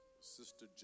Sister